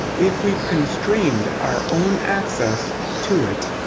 if we've constrained our own access to it.